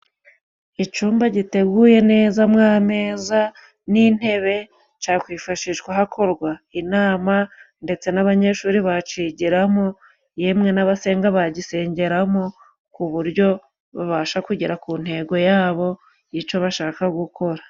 Icumba giteguye neza mo ameza n'intebe ,cakwifashishwa hakorwa inama, ndetse n'abanyeshuri bacigiramo yemwe n'abasenga bagisengeramo ku buryo babasha kugera ku ntego yabo y'ico bashaka gukora.